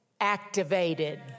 activated